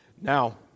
Now